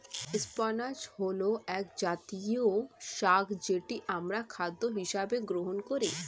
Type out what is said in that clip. spinach হল একজাতীয় শাক যেটি আমরা খাদ্য হিসেবে গ্রহণ করি